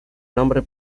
nombre